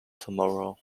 tomorrow